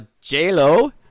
J-Lo